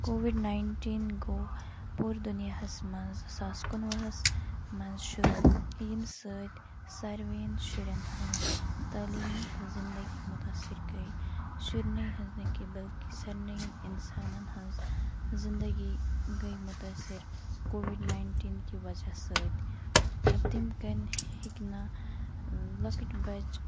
Covid nineteen گو پورٕ دُنیاہس منٛز زٕساس کُنہٕ وُہ ہس منٛز شُروع ییمہِ سۭتۍ سارنی شُرٮ۪ن ہنٛز تعلیم تہٕ زندگی مُتاثر گٔے شُرنی حظ نہٕ کینہہ بلکہ سارنی انسانن ہنٛز زندگی گٔے متٲثرکووِڑ ناینٹیٖن کہِ وجہہ سۭتۍ تَمہِ کِن ہیٚکہِ نہٕ لوکٕٹ بَچہٕ